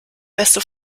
beste